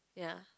ya